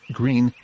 green